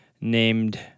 named